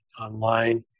online